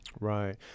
Right